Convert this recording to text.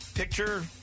Picture